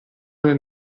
nel